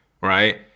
right